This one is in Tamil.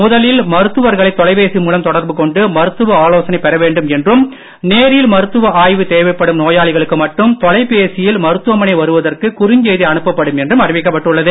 முதலில் மருத்துவர்களை தொலைபேசி மூலம் தொடர்பு கொண்டு மருத்துவ ஆலோசனைப் பெற வேண்டும் என்று நேரில் மருத்துவ ஆய்வு தேவைப்படும் நோயாளிகளுக்கு மட்டும் தொலபேசியில் மருத்துவமனை வருவதற்காக குறுஞ்செய்தி அனுப்ப படும் என்றும் அறிவிக்கப்பட்டுள்ளது